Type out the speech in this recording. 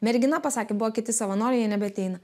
mergina pasakė buvo kiti savanoriai jie nebeateina